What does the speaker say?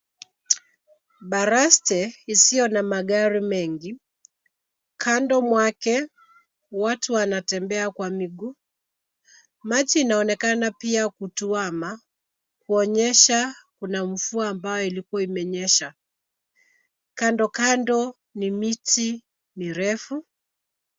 Baraste isiyo na magari mengi. Kando mwake, watu wanatembea kwa miguu. Machi inaonekana pia kutuama, kuonyesha kuna mvua ambayo ilikua imenyesha. Kando kando, ni miti mirefu.